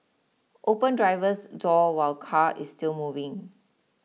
open driver's door while car is still moving